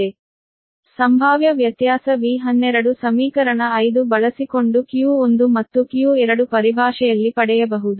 ಅಸ್ಪಷ್ಟತೆಯ ಪರಿಣಾಮವು ಅತ್ಯಲ್ಪವಾಗಿದೆ ಮತ್ತು ಚಾರ್ಜ್ ಅನ್ನು ಏಕರೂಪವಾಗಿ ವಿತರಿಸಲಾಗಿದೆ ಎಂದು ನಾವು ಭಾವಿಸುತ್ತೇವೆ ಸಂಭಾವ್ಯ ವ್ಯತ್ಯಾಸ V12 ಸಮೀಕರಣ 5 ಬಳಸಿಕೊಂಡು q1 ಮತ್ತು q2 ಪರಿಭಾಷೆಯಲ್ಲಿ ಪಡೆಯಬಹುದು